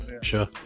Sure